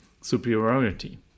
superiority